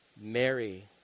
Mary